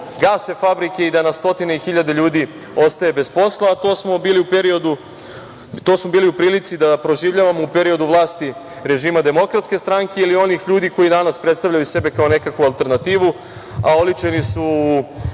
gase fabrike i da na stotine hiljada ljudi ostaje bez posla. To smo bili u prilici da proživljavamo u periodu vlasti režima DS ili onih ljudi koji danas predstavljaju sebe kao nekakvu alternativu, a oličeni su